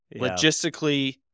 logistically